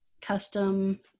custom